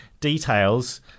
details